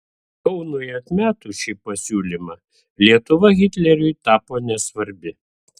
kaunui atmetus šį pasiūlymą lietuva hitleriui tapo nesvarbi